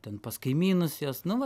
ten pas kaimynus jos nu va